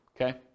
Okay